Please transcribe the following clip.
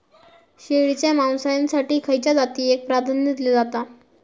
शेळीच्या मांसाएसाठी खयच्या जातीएक प्राधान्य दिला जाता?